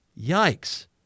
Yikes